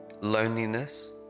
loneliness